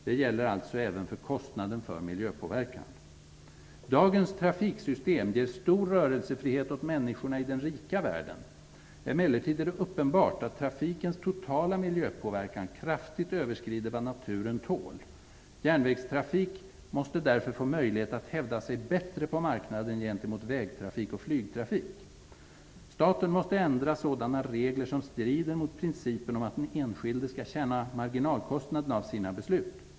Det gäller alltså även kostnaden för miljöpåverkan. Dagens trafiksystem ger stor rörelsefrihet åt människorna i den rika världen. Emellertid är det uppenbart att trafikens totala miljöpåverkan kraftigt överskrider vad naturen tål. Järnvägstrafik måste därför få möjlighet att hävda sig bättre på marknaden gentemot vägtrafik och flygtrafik. Staten måste ändra sådana regler som strider mot principen att enskilda måste känna marginalkostnaderna av sina beslut.